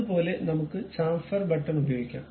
അതുപോലെ നമുക്ക് chamfer button ഉപയോഗിക്കാം